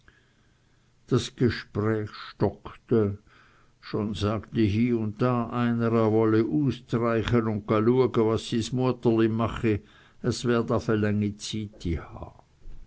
das gespräch stockte schon sagte hie und da einer er wolle ustreyche und ga luege was sis muetterli mache es werd afe längizyti ha